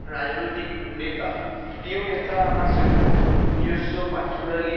রাজনৈতিক নেতা প্রিয় নেতা আমার সেরকম নিজস্ব পার্টিকুলারলি